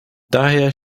daher